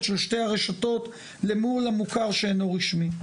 של שתי הרשתות מול המוכר שאינו רשמי.